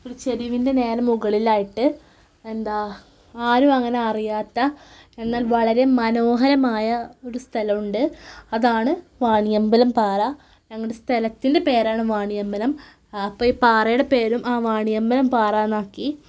ഒരു ചെരുവിന്റെ നേരെ മുകളിലായിട്ട് എന്താണ് ആരും അങ്ങനെ അറിയാത്ത എന്നാല് വളരെ മനോഹരമായ ഒരു സ്ഥലമുണ്ട് അതാണ് വാണിയമ്പലം പാറ ഞങ്ങളുടെ സ്ഥലത്തിന്റെ പേരാണ് വാണിയമ്പലം അപ്പം ഈ പാറയുടെ പേരും വാണിയമ്പലം പാറ എന്നാക്കി